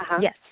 Yes